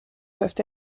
peuvent